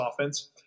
offense